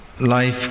life